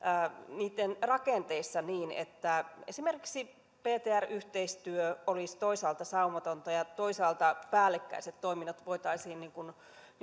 niitten rakenteissa niin että esimerkiksi ptr yhteistyö olisi toisaalta saumatonta ja toisaalta päällekkäiset toiminnot voitaisiin